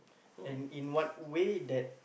and in what way that